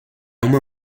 uma